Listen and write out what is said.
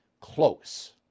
close